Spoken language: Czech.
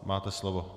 Máte slovo.